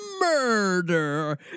murder